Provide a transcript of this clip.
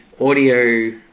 audio